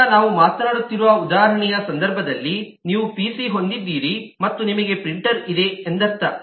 ಆದ್ದರಿಂದ ನಾವು ಮಾತನಾಡುತ್ತಿರುವ ಉದಾಹರಣೆಯ ಸಂದರ್ಭದಲ್ಲಿ ನೀವು ಪಿಸಿ ಹೊಂದಿದ್ದೀರಿ ಮತ್ತು ನಿಮಗೆ ಪ್ರಿಂಟರ್ ಇದೆ ಎಂದರ್ಥ